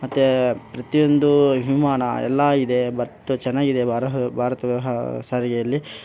ಮತ್ತು ಪ್ರತಿಯೊಂದೂ ವಿಮಾನ ಎಲ್ಲಾ ಇದೆ ಬಟ್ ಚೆನ್ನಾಗಿದೆ ಬಾರಹ ಭಾರತ ಸಾರಿಗೆಯಲ್ಲಿ